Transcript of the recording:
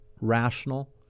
rational